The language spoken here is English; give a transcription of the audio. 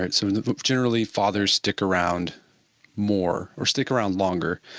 and so generally fathers stick around more or stick around longer.